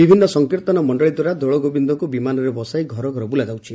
ବିଭିନ୍ ସଂକୀର୍ଭନ ମଣ୍ଡଳୀ ଦ୍ୱାରା ଦୋଳଗୋବିନ୍ଦଙ୍କ ବିମାନରେ ବସାଇ ଘର ଘର ବ୍ରଲାଯାଉଛି